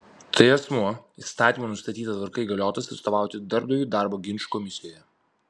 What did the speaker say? tai asmuo įstatymų nustatyta tvarka įgaliotas atstovauti darbdaviui darbo ginčų komisijoje